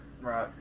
Right